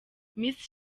miss